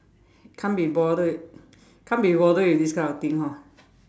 can't be bothered can't be bothered with this kind of things hor